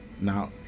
Now